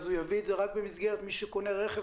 הוא יביא את זה רק במסגרת מי שקונה רכב